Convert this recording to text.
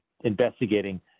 investigating